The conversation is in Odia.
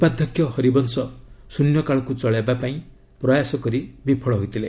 ଉପାଧ୍ୟକ୍ଷ ହରିବଂଶ ଶ୍ରନ୍ୟକାଳକୁ ଚଳାଇବା ପାଇଁ ପ୍ରୟାସ କରି ବିଫଳ ହୋଇଥିଲେ